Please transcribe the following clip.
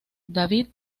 david